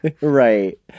Right